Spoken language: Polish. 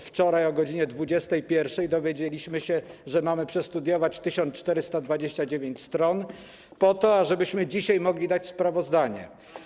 Wczoraj o godz. 21 dowiedzieliśmy się, że mamy przestudiować 1429 stron po to, ażebyśmy dzisiaj mogli przedłożyć sprawozdanie.